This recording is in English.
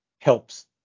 helps